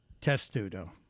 Testudo